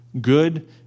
Good